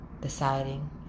deciding